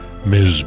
Ms